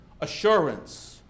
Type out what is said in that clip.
assurance